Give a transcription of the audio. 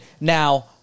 Now